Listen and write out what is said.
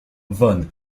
von